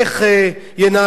באמת אני מחכה לראות.